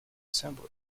assembly